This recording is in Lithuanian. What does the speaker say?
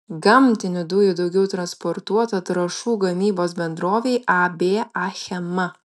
gamtinių dujų daugiau transportuota trąšų gamybos bendrovei ab achema